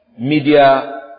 media